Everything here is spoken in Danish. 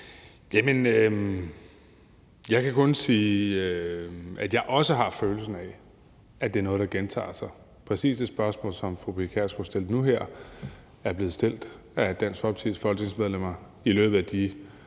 Jeg kan kun sige, at jeg også har følelsen af, at det er noget, der gentager sig. Præcis det spørgsmål, som fru Pia Kjærsgaard stillede nu her, er blevet stillet af Dansk Folkepartis folketingsmedlemmer i løbet af de,